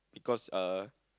because uh